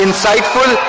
Insightful